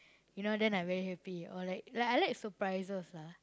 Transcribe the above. you know then I very happy or like like I like surprises lah